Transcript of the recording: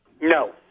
No